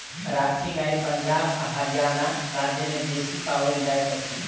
राठी गाय पंजाब आ हरयाणा राज्य में बेसी पाओल जाइत अछि